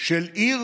של עיר